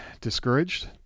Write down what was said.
discouraged